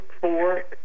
four